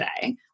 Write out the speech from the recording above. today